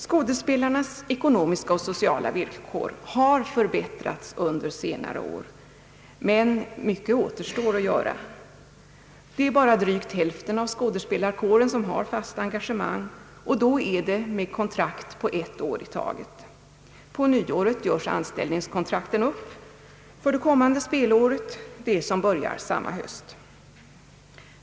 Skådespelarnas ekonomiska och sociala villkor har förbättrats under senare år, men mycket återstår att göra. Endast drygt hälften av skådespelarkåren har fast engagemang och då med kontrakt på ett år i taget. På nyåret görs anställningskontrakten upp för det kommande spelåret, det som börjar på hösten samma år.